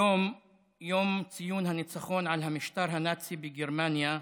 היום יום ציון הניצחון על המשטר הנאצי בגרמניה,